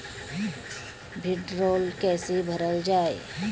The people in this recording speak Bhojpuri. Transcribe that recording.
भीडरौल कैसे भरल जाइ?